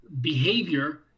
behavior